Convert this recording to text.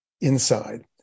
inside